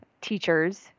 teachers